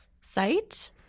site